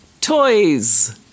toys